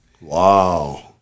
wow